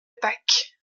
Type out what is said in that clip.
pâques